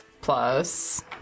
Plus